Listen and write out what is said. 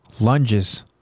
lunges